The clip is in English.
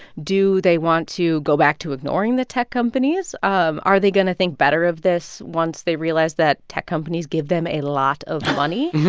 do they want to go back to ignoring the tech companies? um are they going to think better of this once they realize that tech companies give them a lot of money.